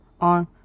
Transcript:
on